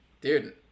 Dude